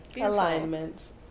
Alignments